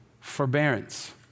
forbearance